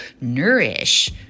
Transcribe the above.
nourish